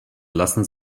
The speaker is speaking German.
lassen